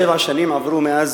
שבע שנים עברו מאז